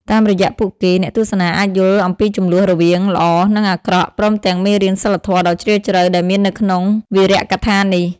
តាមរយៈពួកគេ អ្នកទស្សនាអាចយល់អំពីជម្លោះរវាងល្អ និងអាក្រក់ ព្រមទាំងមេរៀនសីលធម៌ដ៏ជ្រាលជ្រៅដែលមាននៅក្នុងវីរកថានេះ ។